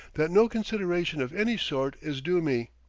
that no consideration of any sort is due me.